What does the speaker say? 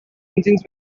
engines